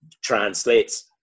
translates